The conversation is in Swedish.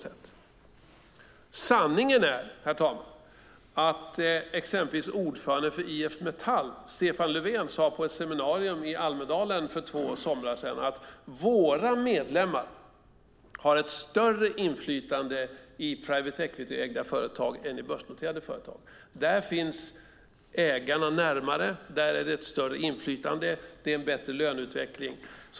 Sanningen är, herr talman, att exempelvis ordföranden för IF Metall, Stefan Löfvén, sade på ett seminarium i Almedalen för två somrar sedan att deras medlemmar har ett större inflytande i private equity-ägda företag än i börsnoterade företag. Där finns ägarna närmare. Där är det ett större inflytande och en bättre löneutveckling.